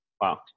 Wow